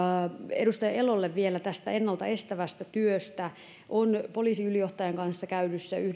edustaja elolle vielä tästä ennalta estävästä työstä poliisiylijohtajan kanssa käydyissä